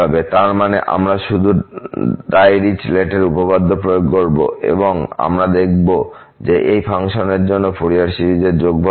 তার মানে আমরা শুধু ডাইরিচলেট উপপাদ্য প্রয়োগ করব এবং আমরা দেখব যে এই ফাংশনের জন্য ফুরিয়ার সিরিজের যোগফল কত